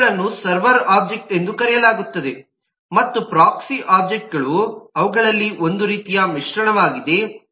ಇವುಗಳನ್ನು server objects ಎಂದು ಕರೆಯಲಾಗುತ್ತದೆ ಮತ್ತು ಪ್ರೊಕ್ಸಿ ಒಬ್ಜೆಕ್ಟ್ಗಳು ಅವುಗಳಲ್ಲಿ ಒಂದು ರೀತಿಯ ಮಿಶ್ರಣವಾಗಿದೆ